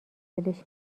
ولش